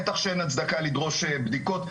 בטח שאין הצדקה לדרוש בדיקות.